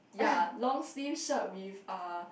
ya long sleeve shirt with uh